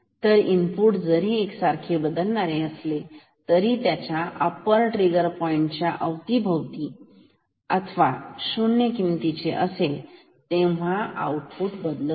तर इनपुट जरी एकसारखे बदलणारे असले त्याच्या अप्पर ट्रिगर पॉइंट च्या अवतीभवती असेल अथवा 0 किमतीचे असे तर तेव्हा आउटपुट बदलत नाही